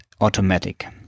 automatic